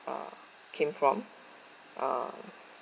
uh came from uh